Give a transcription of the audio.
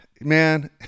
man